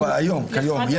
אבל היום, כיום?